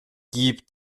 gibt